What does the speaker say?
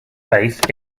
faith